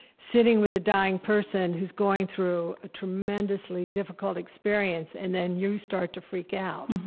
sitting with a dying person who's going through a tremendously difficult experience, and then you start to freak out.